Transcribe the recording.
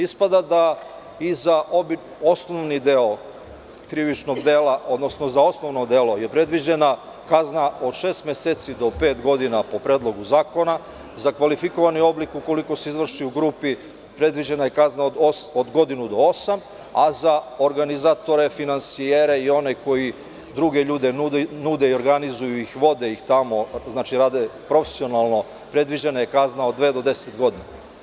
Ispada da osnovni deo krivičnog dela, odnosno za osnovno delo predviđena je kazna od šest meseci do pet godina po Predlogu zakona, za kvalifikovani oblik, ukoliko se izvrši u grupi, predviđena je kazna od godinu do osam godina, a za organizatore, finansijere i one koji drugim ljudima nude i organizuju ih, vode ih tamo, znači, rade profesionalno, predviđena je kazna od dve do 10 godina.